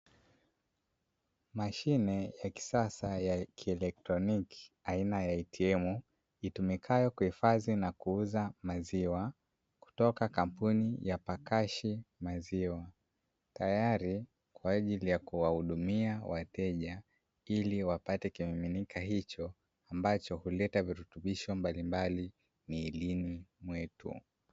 Mashine ya kisasa ya kielektroniki, aina ya "ATM", itumikayo kuhifadhi na kuuza maziwa kutoka kampuni ya "PARKASH" maziwa, tayari kwa ajili ya kuwahudumia wateja ili wapate kimiminika hicho ambacho huleta virutubisho mbalimbali mwilini mwetu.